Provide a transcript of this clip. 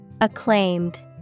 Acclaimed